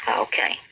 Okay